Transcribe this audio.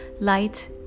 light